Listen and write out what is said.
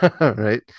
Right